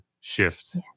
shift